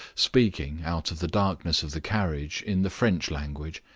speaking, out of the darkness of the carriage, in the french language.